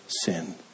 Sin